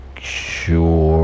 sure